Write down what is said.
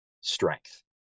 strength